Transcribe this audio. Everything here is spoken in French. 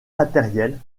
matérielle